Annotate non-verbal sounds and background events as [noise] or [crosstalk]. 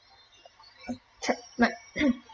[noise] [coughs]